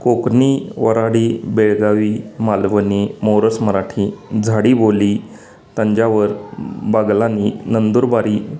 Konkani Belgavi Malvani Moras Marathi Zadi Boli Thanjavur Baglani Nandurbari